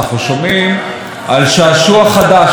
שלא הכרנו אותו עד עכשיו,